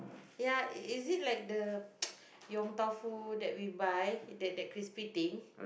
ya is is it like the yong-tau-foo that we buy that that crispy thing